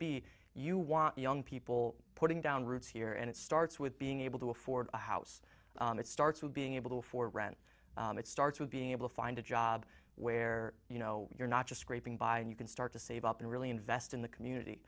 be you want young people putting down roots here and it starts with being able to afford a house and it starts with being able to afford rent and it starts with being able to find a job where you know you're not just scraping by and you can start to save up and really invest in the